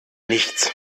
nichts